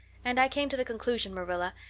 and i came to the conclusion, marilla,